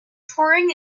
touring